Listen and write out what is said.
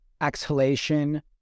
exhalation